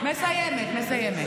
אמרו לי, אני מסיימת, מסיימת.